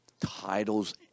titles